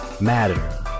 matter